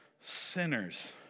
sinners